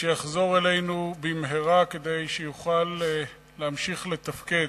ושיחזור אלינו במהרה, כדי שיוכל להמשיך לתפקד.